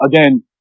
Again